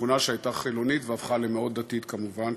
בשכונה שהייתה חילונית והפכה למאוד דתית כמובן,